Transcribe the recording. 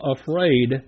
afraid